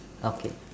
okay